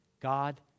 God